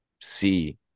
see